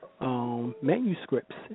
manuscripts